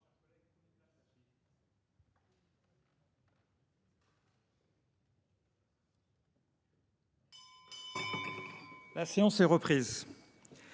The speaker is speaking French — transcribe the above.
La séance est reprise.